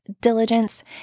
diligence